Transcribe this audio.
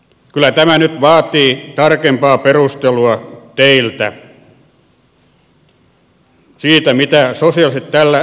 kyllä tämä nyt vaatii tarkempaa perustelua teiltä siitä mitä sosialistit tällä tarkoittavat